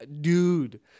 Dude